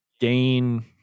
gain